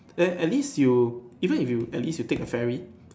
then at least you even if you at least you take a ferry